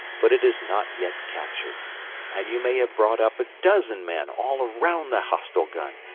but it is not yet captured and you may have brought up a dozen men all round the hostile gun,